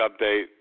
update